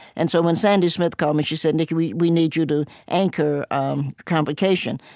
and so when sandy smith called me, she said, nikki, we we need you to anchor um convocation.